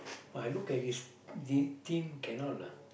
but I look at this this team cannot lah